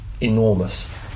enormous